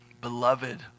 beloved